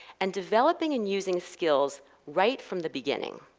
and developing and using skills right from the beginning.